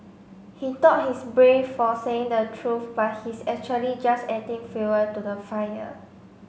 he thought he's brave for saying the truth but he's actually just adding fuel to the fire